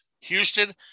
Houston